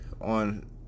on